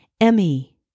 Emmy